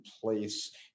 place